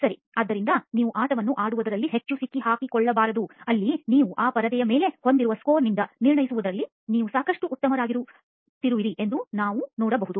ಸರಿ ಆದ್ದರಿಂದ ನೀವು ಆಟವನ್ನು ಆಡುವದರಲ್ಲಿ ಹೆಚ್ಚು ಸಿಕ್ಕಿಹಾಕಿಕೊಳ್ಳಬಾರದು ಅಲ್ಲಿ ನೀವು ಆ ಪರದೆಯ ಮೇಲೆ ಹೊಂದಿರುವ ಸ್ಕೋರ್ನಿಂದ ನಿರ್ಣಯಿಸುವಲ್ಲಿ ನೀವು ಸಾಕಷ್ಟು ಉತ್ತಮರಾಗುತ್ತಿರುವಿರಿ ಎಂದು ನಾನು ನೋಡಬಹುದು